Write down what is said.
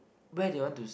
where they want to